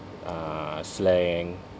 uh slang